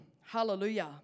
Hallelujah